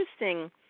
interesting